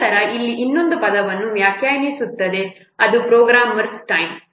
ನಂತರ ಇಲ್ಲಿ ಇನ್ನೊಂದು ಪದವನ್ನು ವ್ಯಾಖ್ಯಾನಿಸುತ್ತದೆ ಅದು ಪ್ರೋಗ್ರಾಮರ್ನ ಟೈಮ್programmer's time